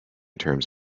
terms